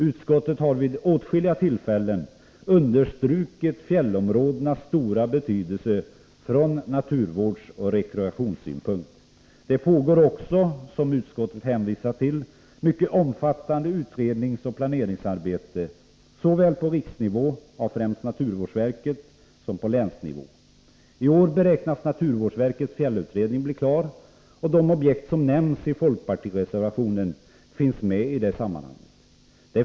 Utskottet har vid åtskilliga tillfällen understrukit fjällområdenas stora betydelse ur naturvårdsoch rekreationssynpunkt. Det pågår också, vilket utskottet hänvisar till, mycket omfattande utredningsoch planeringsarbete såväl på riksnivå — av främst naturvårdsverket — som på länsnivå. I år beräknas naturvårdsverkets fjällutredning bli klar, och de objekt som nämns i folkpartireservationen finns med i det sammanhanget.